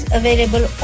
available